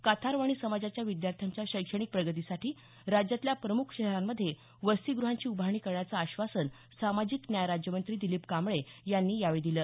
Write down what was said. काथार वाणी समाजाच्या विद्यार्थ्यांच्या शैक्षणिक प्रगतीसाठी राज्यातल्या प्रमुख शहरांमध्ये वसतीगृहांची उभारणी करण्याचं आश्वासन सामाजिक न्याय राज्यमंत्री दिलीप कांबळे यांनी यावेळी दिलं